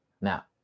Now